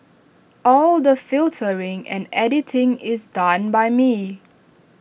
all the filtering and editing is done by me